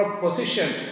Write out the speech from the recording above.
position